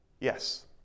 Yes